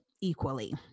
equally